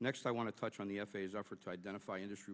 next i want to touch on the f a s offer to identify industry